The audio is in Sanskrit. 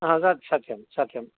तत् सत्यं सत्यं